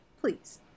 Please